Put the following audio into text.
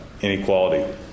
inequality